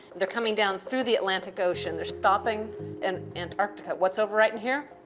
they're coming down through the atlantic ocean. they're stopping in antarctica. what's over right in here?